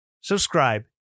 subscribe